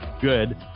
good